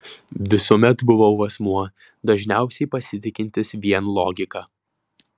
visuomet buvau asmuo dažniausiai pasitikintis vien logika